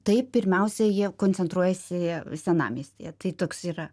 tai pirmiausia jie koncentruojasi senamiestyje tai toks yra